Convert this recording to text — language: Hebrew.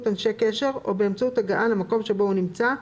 אנשי קשר או באמצעות הגעה למקום שבו הוא נמצא,